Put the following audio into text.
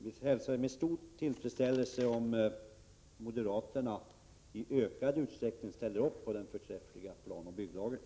Vi hälsar med stor tillfredsställelse om moderaterna i ökad utsträckning ställer sig bakom den förträffliga planoch bygglagen.